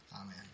Amen